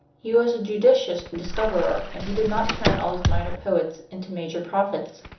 he was a judicious discoverer, and he did not turn all his minor poets into major prophets.